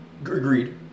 Agreed